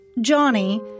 Johnny